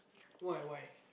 why why